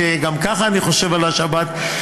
שגם ככה אני חושב על השבת,